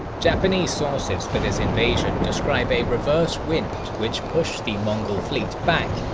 japanese sources for this invasion describe a reverse wind which pushed the mongol fleet back,